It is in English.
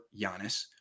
Giannis